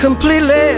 Completely